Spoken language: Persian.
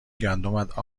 گندمت